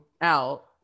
out